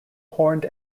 horned